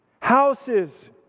Houses